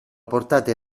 portare